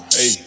Hey